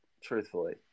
truthfully